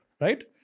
Right